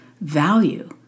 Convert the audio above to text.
value